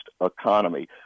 economy